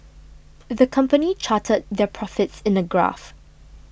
the company charted their profits in a graph